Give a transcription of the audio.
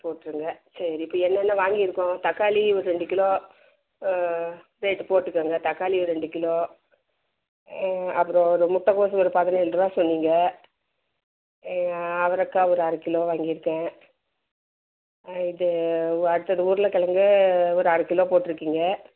போட்டிருங்க சரி இப்போ என்னென்ன வாங்கியிருக்கோம் தக்காளி ஒரு ரெண்டு கிலோ ரேட்டு போட்டுக்கோங்க தக்காளி ஒரு ரெண்டு கிலோ அப்புறம் ஒரு முட்டைக்கோஸ்ஸு ஒரு பதினேழு ருபா சொன்னீங்க அவரைக்கா ஒரு அரை கிலோ வாங்கியிருக்கேன் இது அடுத்தது உருளைக் கெழங்கு ஒரு அரை கிலோ போட்டிருக்கீங்க